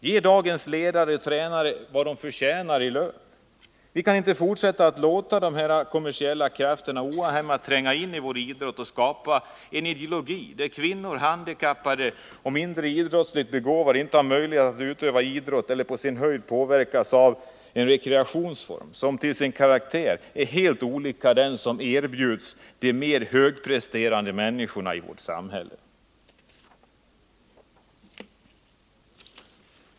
Ge dagens ledare och tränare vad de förtjänar i lön! Vi kan inte fortsätta att låta kommersiella krafter ohämmat tränga in i vår idrott och skapa en ideologi där kvinnor, handikappade och idrottsligt mindre begåvade inte har möjlighet att utöva idrott eller alternativt påtvingas en rekreationsform som till sin karaktär är helt olika den som erbjuds de mer högpresterande människorna i vårt samhälle.